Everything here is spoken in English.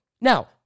Now